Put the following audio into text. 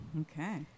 Okay